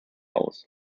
aus